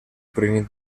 принят